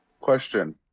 Question